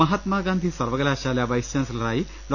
മഹാത്മാഗാന്ധി സർവകലാശാല വൈസ് ചാൻസലറായി ഡോ